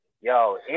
yo